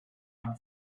and